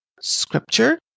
Scripture